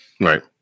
Right